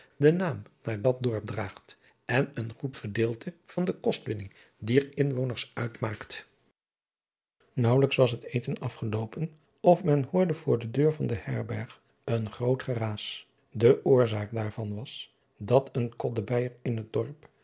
den naam naar dat dorp draagt en een goed gedeelte van de kostwinning dier inwoners uitmaakt naauwelijks was het eten afgeloopen of men hoorde voor de deur van de herberg een groot geraas de oorzaak daarvan was dat een koddebeijer in het dorp